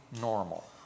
normal